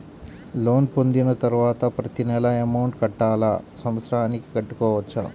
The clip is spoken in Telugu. లోన్ పొందిన తరువాత ప్రతి నెల అమౌంట్ కట్టాలా? సంవత్సరానికి కట్టుకోవచ్చా?